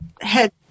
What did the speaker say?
head